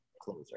closer